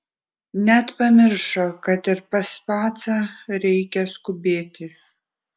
net pamiršo kad ir pas pacą reikia skubėti